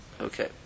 Okay